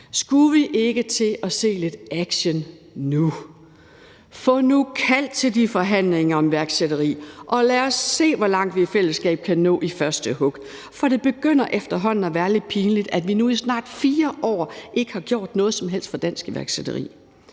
Skulle vi ikke til at se lidt action nu? Få nu kaldt til de forhandlinger om iværksætteri, og lad os se, hvor langt vi i fællesskab kan nå i første hug, for det begynder efterhånden at være lidt pinligt, at vi nu i snart 4 år ikke har gjort noget som helst for dansk iværksætteri.